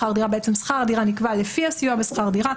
שכר הדירה נקבע לפי הסיוע בשכר הדירה.